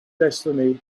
destiny